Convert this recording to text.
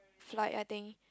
flight I think